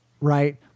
Right